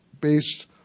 based